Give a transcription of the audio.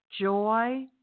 joy